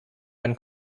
when